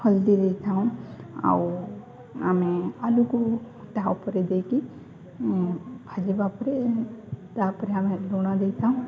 ହଳଦୀ ଦେଇଥାଉ ଆଉ ଆମେ ଆଳୁକୁ ତା ଉପରେ ଦେଇକି ଭାଜିବା ପରେ ତାପରେ ଆମେ ଲୁଣ ଦେଇଥାଉ